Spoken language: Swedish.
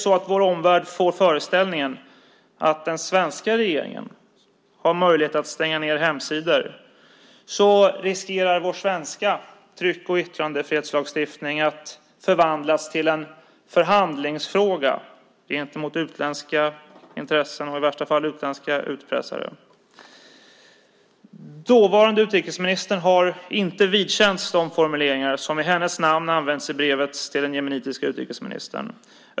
Om vår omvärld får föreställningen att den svenska regeringen har möjlighet att stänga hemsidor riskerar vår svenska tryck och yttrandefrihetslagstiftning att förvandlas till en förhandlingsfråga gentemot utländska intressen och i värsta fall gentemot utländska utpressare. Dåvarande utrikesministern har inte vidkänts de formuleringar som i hennes namn använts i brevet till den jemenitiske utrikesministern.